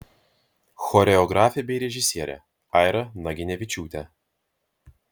choreografė bei režisierė aira naginevičiūtė